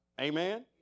Amen